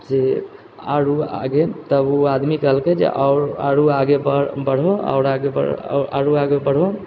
से आओर ओ आगे तब ओ आदमी कहलकै जे आओर आगे बढ़ो आओर आगे बढ़ो